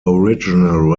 original